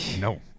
no